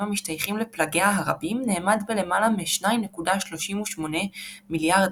המשתייכים לפלגיה הרבים נאמד בלמעלה מ-2.38 מיליארד